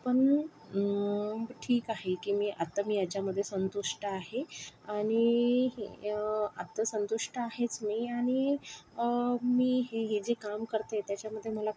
पण ठीक आहे की मी आत्ता मी याच्यामध्ये संतुष्ट आहे आणि आत्ता संतुष्ट आहेच मी आणि मी हे जे काम करते ते त्याच्यामध्ये मला